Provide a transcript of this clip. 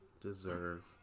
deserve